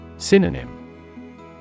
Synonym